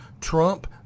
Trump